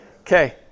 Okay